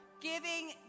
giving